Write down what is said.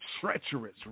treacherous